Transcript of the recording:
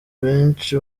benshi